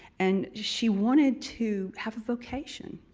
and she wanted to have a vocation.